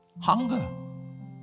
Hunger